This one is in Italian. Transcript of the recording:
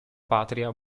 patria